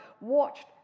watched